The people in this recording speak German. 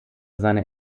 seine